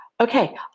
okay